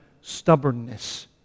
stubbornness